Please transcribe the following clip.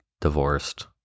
divorced